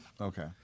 Okay